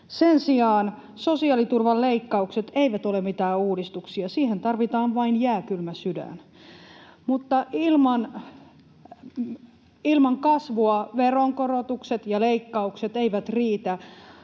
Sen sijaan sosiaaliturvan leikkaukset eivät ole mitään uudistuksia, siihen tarvitaan vain jääkylmä sydän. Mutta ilman kasvua veronkorotukset ja leikkaukset eivät riitä.